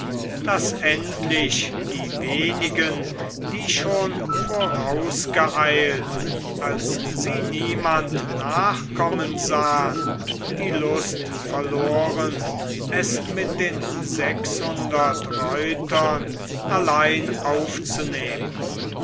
daß endlich die wenigen die schon vorausgeeilt als sie niemand nachkommen sahen die lust verloren es mit den sechshundert reitern allein aufzunehmen